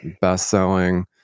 best-selling